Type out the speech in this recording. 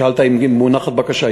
שאלת אם מונחת בקשה.